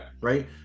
Right